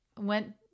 went